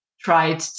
Tried